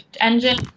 engine